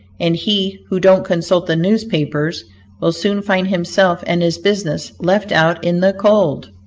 and he who don't consult the newspapers will soon find himself and his business left out in the cold.